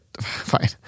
fine